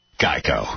Geico